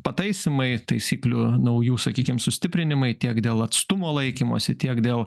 pataisymai taisyklių naujų sakykim sustiprinimai tiek dėl atstumo laikymosi tiek dėl